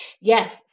yes